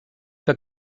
que